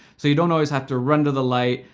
so you don't always have to run to the light,